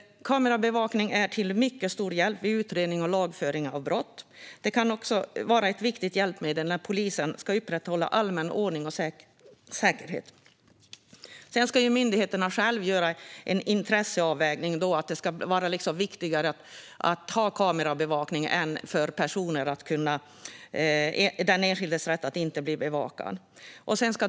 Kamerabevakningen är också till mycket stor hjälp vid utredning och lagföring av brott och kan också vara ett viktigt hjälpmedel när polisen ska upprätthålla allmän ordning och säkerhet. Myndigheterna ska själva göra en intresseavvägning, vilket innebär att det ska vara viktigare att ha kamerabevakning än den enskildes rätt att inte bli bevakad.